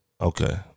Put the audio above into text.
Okay